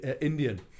Indian